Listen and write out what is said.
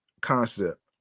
concept